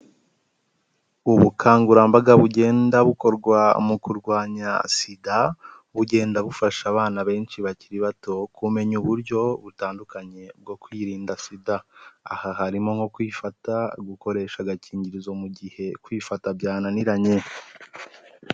Ubukangurambaga bugenda bukorwa mu kurwanya SIDA, bugenda bufasha abana benshi bakiri bato kumenya uburyo butandukanye bwo kwirinda SIDA. Aha harimo nko kwifata, gukoresha agakingirizo mu gihe kwifata byananiranye.